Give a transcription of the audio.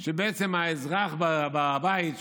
זה שבעצם האזרח בבית,